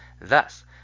Thus